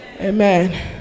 Amen